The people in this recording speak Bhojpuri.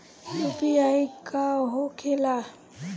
यू.पी.आई का होके ला?